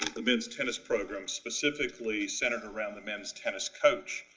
the men's tennis program, specifically centered around the men's tennis coach.